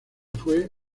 fue